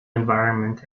environment